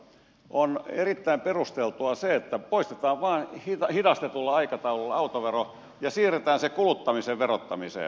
on erittäin perusteltua se että poistetaan vain hidastetulla aikataululla autovero ja siirretään se kuluttamisen verottamiseen